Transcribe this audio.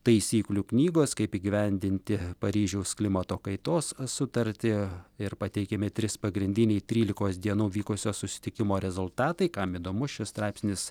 taisyklių knygos kaip įgyvendinti paryžiaus klimato kaitos sutartį ir pateikiami trys pagrindiniai trylikos dienų vykusio susitikimo rezultatai kam įdomus šis straipsnis